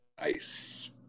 Nice